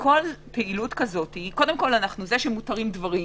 כל פעילות כזו זה שמותרים דברים,